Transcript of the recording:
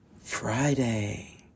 Friday